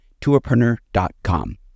tourpreneur.com